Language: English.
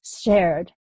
shared